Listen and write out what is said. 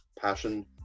passion